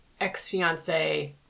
ex-fiance